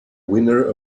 winner